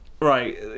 right